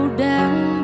down